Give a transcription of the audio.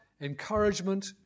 encouragement